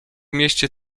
mieście